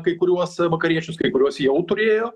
kai kuriuos vakariečius kai kuriuos jau turėjo